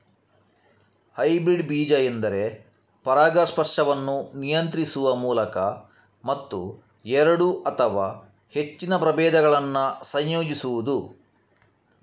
hybrid ಬೀಜ ಎಂದರೆ ಪರಾಗಸ್ಪರ್ಶವನ್ನು ನಿಯಂತ್ರಿಸುವ ಮೂಲಕ ಮತ್ತು ಎರಡು ಅಥವಾ ಹೆಚ್ಚಿನ ಪ್ರಭೇದಗಳನ್ನ ಸಂಯೋಜಿಸುದು